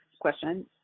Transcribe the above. question